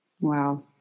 Wow